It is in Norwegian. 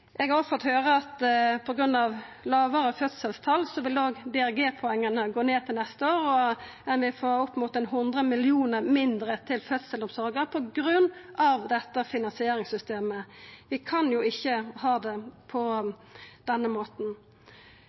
Eg har òg fått høyra at på grunn av lågare fødselstal vil òg DRG-poenga gå ned til neste år, og ein vil få opp mot 100 mill. kr mindre til fødselsomsorga på grunn av dette finansieringssystemet. Vi kan jo ikkje ha det på denne måten.